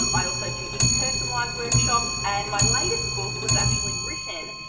um i also do in-person live workshops and my latest book was actually written,